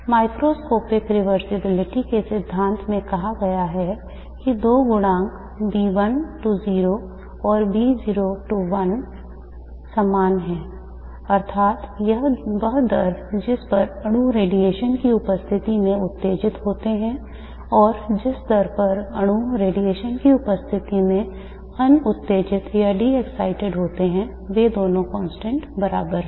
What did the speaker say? Microscopic reversibility के सिद्धांत में कहा गया है कि दो गुणांक और समान हैं अर्थात वह दर जिस पर अणु रेडिएशन की उपस्थिति में उत्तेजित होते हैं और जिस दर पर अणु रेडिएशन की उपस्थिति में अन उत्तेजित होते हैं वे दो constant बराबर हैं